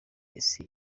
isi